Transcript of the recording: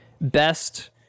best